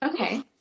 Okay